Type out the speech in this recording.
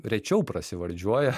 rečiau prasivardžiuoja